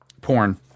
porn